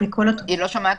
החלטת